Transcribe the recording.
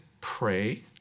pray